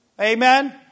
Amen